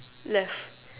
left